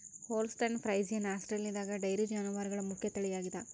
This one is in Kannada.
ಹೋಲ್ಸ್ಟೈನ್ ಫ್ರೈಸಿಯನ್ ಆಸ್ಟ್ರೇಲಿಯಾದಗ ಡೈರಿ ಜಾನುವಾರುಗಳ ಮುಖ್ಯ ತಳಿಯಾಗಿದೆ